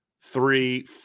three